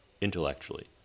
intellectually